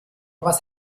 was